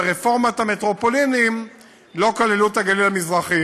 ברפורמת המטרופולינים לא כללו את הגליל המזרחי.